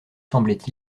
semblait